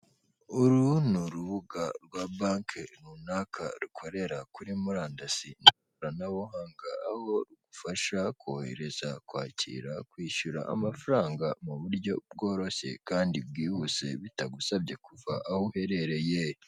Uru ni urubuga rwa Banki runaka. Rukorera kuri murandasi. Ni ikoranabuhanga aho rugufasha kohereza, kwakira, kwishyura amafaranga mu buryo bworoshye, kandi bwihuse bitagusabye kuva aho uherereye.